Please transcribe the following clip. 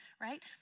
Right